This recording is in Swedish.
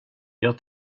jag